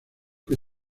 que